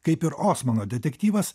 kaip ir osmano detektyvas